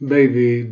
Baby